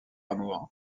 amour